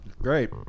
Great